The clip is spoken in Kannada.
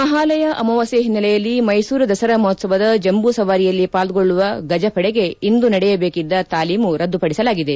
ಮಪಾಲಯ ಅಮಾವಾಸ್ಕೆ ಹಿನ್ನೆಲೆಯಲ್ಲಿ ಮೈಸೂರು ದಸರಾ ಮಹೋತ್ಸವದ ಜಂಬೂ ಸವಾರಿಯಲ್ಲಿ ಪಾಲ್ಗೊಳ್ಳುವ ಗಜಪಡೆಗೆ ಇಂದು ನಡೆಯಬೇಕಿದ್ದ ತಾಲೀಮು ರದ್ದು ಪಡಿಸಲಾಗಿದೆ